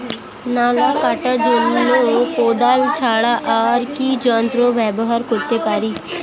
নালা কাটার জন্য কোদাল ছাড়া আর কি যন্ত্র ব্যবহার করতে পারি?